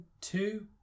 two